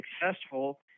successful